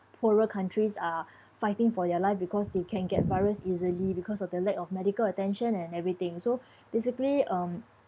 poorer countries are fighting for their life because they can get virus easily because of the lack of medical attention and everything so basically um